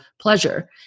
pleasure